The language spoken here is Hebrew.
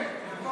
להטיל ספק,